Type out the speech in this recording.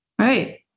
Right